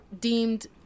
deemed